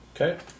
Okay